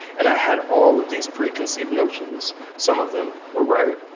and i had all of these preconceived notions. some of them were right,